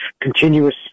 continuous